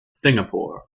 singapore